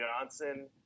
Johnson